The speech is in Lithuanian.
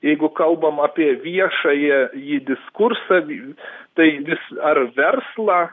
jeigu kalbam apie viešąjį diskursą tai vis ar verslą